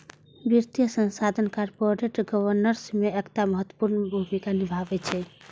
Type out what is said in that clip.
वित्तीय संस्थान corporate governance मे एकटा महत्वपूर्ण भूमिका निभाबै छै